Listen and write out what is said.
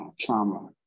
trauma